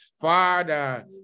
Father